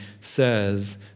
says